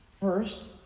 First